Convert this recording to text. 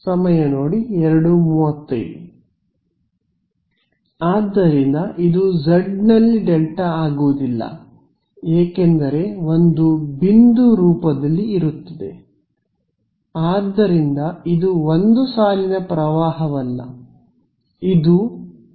ವಿದ್ಯಾರ್ಥಿ ಆದ್ದರಿಂದ ಇದು z ನಲ್ಲಿ ಡೆಲ್ಟಾ ಆಗುವುದಿಲ್ಲ ಏಕೆಂದರೆ ಒಂದು ಬಿಂದು ರೂಪದಲ್ಲಿ ಇರುತ್ತದೆ ಆದ್ದರಿಂದ ಇದು ಒಂದು ಸಾಲಿನ ಪ್ರವಾಹವಲ್ಲ